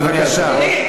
טיל.